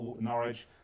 norwich